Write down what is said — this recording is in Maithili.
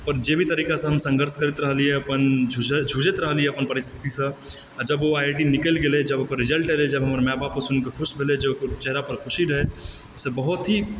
अपन जे भी तरीकासँ हम संघर्ष करैत रहलिऐ अपन जुझैत रहलिऐ अपन परिस्थितिसँ जब ओ आइ आइ टी निकलि गेलै जब ओकर रिजल्ट एलै जब हमर माए बापके सुनिके खुश भेलै जब ओकर चेहरा पर खुशी रहए ओहिसँ बहुत ही